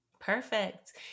Perfect